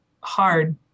hard